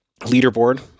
leaderboard